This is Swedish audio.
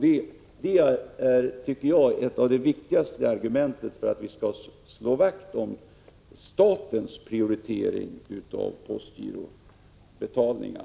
Det tycker jag är ett av de viktigaste argumenten för att slå vakt om statens prioritering av postgirobetalningarna.